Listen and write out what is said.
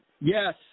Yes